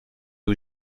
aux